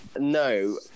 No